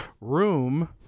Room